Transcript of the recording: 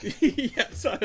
Yes